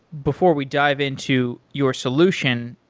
before we dive into your solution,